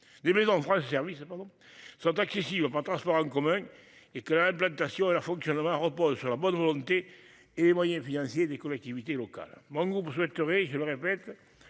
des maison France service pardon sont accessibles par le transport en commun et que, implantation et leur fonctionnement repose sur la bonne volonté et les moyens financiers des collectivités locales. Mon groupe souhaiterez, je le répète